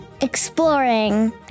exploring